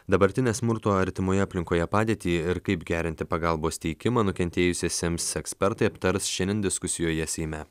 dabartinę smurto artimoje aplinkoje padėtį ir kaip gerinti pagalbos teikimą nukentėjusiesiems ekspertai aptars šiandien diskusijoje seime